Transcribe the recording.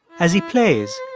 as he plays,